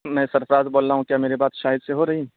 میں سرفراز بول رہا ہوں کیا میری بات شاہد سے ہو رہی